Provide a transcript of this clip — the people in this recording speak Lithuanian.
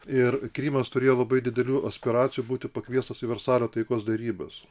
ir krymas turėjo labai didelių aspiracijų būti pakviestas į versalio taikos derybas